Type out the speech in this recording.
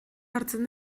hartzen